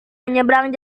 menyeberang